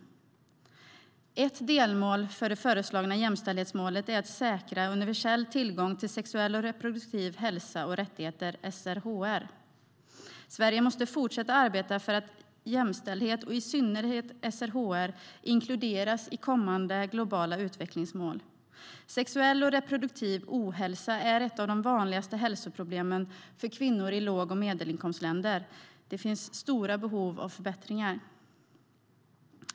Ett delmål för det föreslagna jämställdhetsmålet är att säkra universell tillgång till sexuell och reproduktiv hälsa och rättigheter, SRHR. Sverige måste fortsatt arbeta för att jämställdhet och i synnerhet SRHR inkluderas i kommande globala utvecklingsmål. Sexuell och reproduktiv ohälsa är ett av de vanligaste hälsoproblemen för kvinnor i låg och medelinkomstländer. Det finns stora behov av förbättringar.